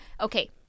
Okay